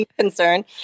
concern